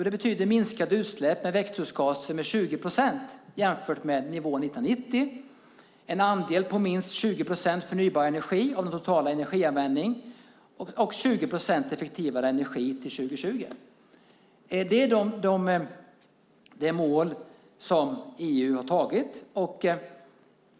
Det betyder minskade utsläpp av växthusgaser med 20 procent jämfört med nivån 1990. Det ska vara en andel på minst 20 procent förnybar energi av den totala energianvändningen, och det ska vara 20 procent effektivare energi till 2020. Det är de mål som EU har antagit.